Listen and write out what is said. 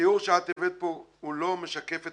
התיאור שאת הבאת פה הוא לא משקף את